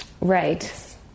Right